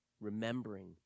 remembering